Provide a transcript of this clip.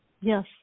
Yes